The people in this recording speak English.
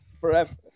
Forever